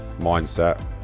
mindset